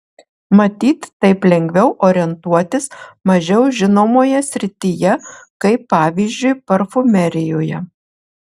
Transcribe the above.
matyt taip lengviau orientuotis mažiau žinomoje srityje kaip pavyzdžiui parfumerijoje